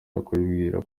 bibwira